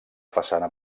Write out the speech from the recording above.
façana